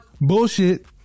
Bullshit